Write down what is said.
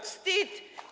Wstyd.